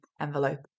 envelope